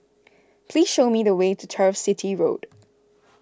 please show me the way to Turf City Road